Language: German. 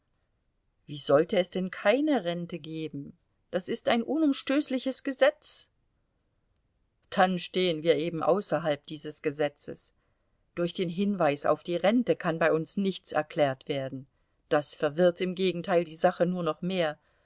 wie sollte es denn keine rente geben das ist ein unumstößliches gesetz dann stehen wir eben außerhalb dieses gesetzes durch den hinweis auf die rente kann bei uns nichts erklärt werden das verwirrt im gegenteil die sache nur noch mehr